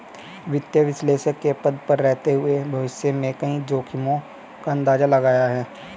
वित्तीय विश्लेषक के पद पर रहते हुए भविष्य में कई जोखिमो का अंदाज़ा लगाया है